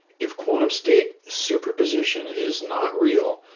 if quantum state superposition is not real,